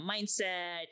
mindset